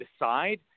decide